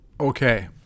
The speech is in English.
Okay